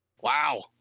Wow